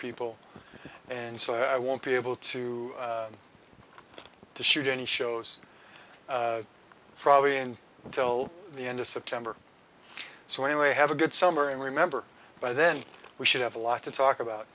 people and so i won't be able to get to shoot any shows probably in until the end of september so anyway have a good summer and remember by then we should have a lot to talk about